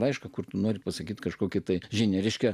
laišką kur nori pasakyti kažkokį tai žinia reiškia